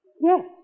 Yes